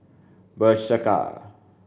Bershka